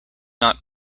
not